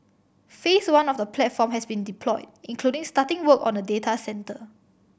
Phase One of the platform has been deployed including starting work on a data centre